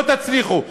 לא תצליחו.